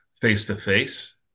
face-to-face